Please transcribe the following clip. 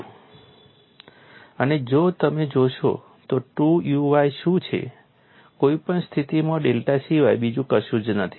અને જો તમે જોશો તો 2 uy શું છે કોઈ પણ સ્થિતિમાં ડેલ્ટા સિવાય બીજું કશું જ નથી